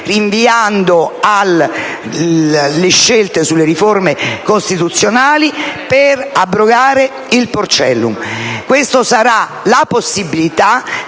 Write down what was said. rinviando le scelte sulle riforme costituzionali, per abrogare il porcellum. Questa sarà la possibilità